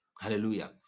hallelujah